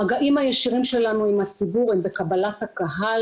המגעים הישירים שלנו עם הציבור הם בקבלת הקהל